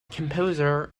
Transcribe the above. composer